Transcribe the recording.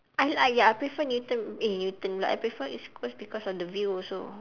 I like ya I prefer newton eh newton pula I prefer east-coast because of the view also